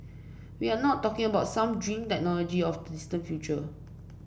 we are not talking about some dream technology of the distant future